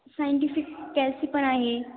scientific कॅल्सी पण आहे